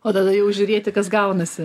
o tada jau žiūrėti kas gaunasi